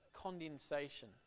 condensation